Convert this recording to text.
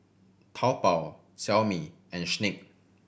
Taobao Xiaomi and Schick